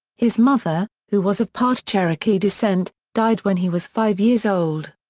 his mother, who was of part cherokee descent, died when he was five years old.